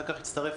ואחר הצטרף